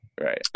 Right